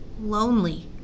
Lonely